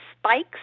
spikes